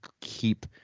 keep